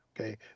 Okay